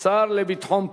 השר לביטחון פנים.